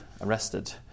arrested